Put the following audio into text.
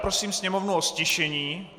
Prosím sněmovnu o ztišení.